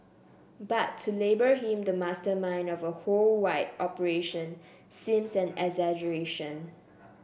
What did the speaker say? but to label him the mastermind of a whole wide operation seems an exaggeration